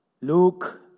Luke